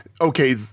okay